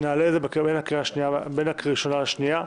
נעלה בין הראשונה לשנייה,